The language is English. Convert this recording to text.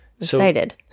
Excited